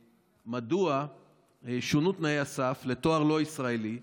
מדוע שונו תנאי הסף לתואר לא ישראלי?